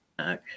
Okay